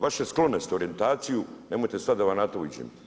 Vašu sklonost i orijentaciju, nemojte sada da vam na to iđem.